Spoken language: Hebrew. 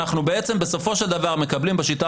בעצם בסופו של דבר אנחנו מקבלים בשיטה